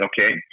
okay